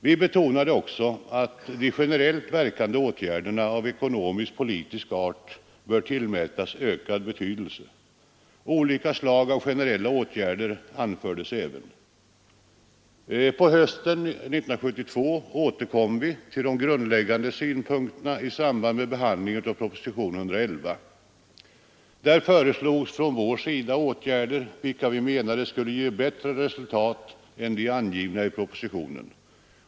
Vi betonade också att de generellt verkande åtgärderna av ekonomiskpolitisk art bör tillmätas ökad betydelse. Olika slag av generella åtgärder anfördes även. På hösten 1972 återkom vi till de grundläggande synpunkterna i samband med behandlingen av propositionen 111. Från vår sida föreslogs åtgärder vilka vi menade skulle ge bättre resultat än de i propositionen angivna.